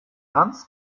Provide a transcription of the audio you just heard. hans